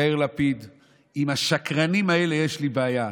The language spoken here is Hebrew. די, די, די.